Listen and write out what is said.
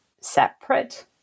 separate